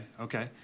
okay